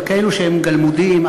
אבל כאלה שהם גלמודים,